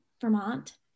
Vermont